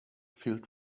filled